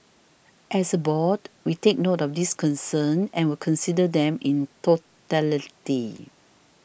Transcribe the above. as a board we take note of these concerns and will consider them in totality